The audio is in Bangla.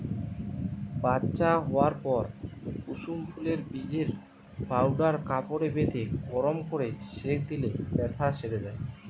বাচ্চা হোয়ার পর কুসুম ফুলের বীজের পাউডার কাপড়ে বেঁধে গরম কোরে সেঁক দিলে বেথ্যা সেরে যায়